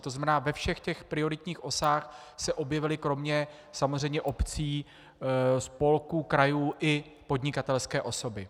To znamená, ve všech těch prioritních osách se objevily kromě samozřejmě obcí, spolků, krajů i podnikatelské osoby.